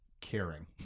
caring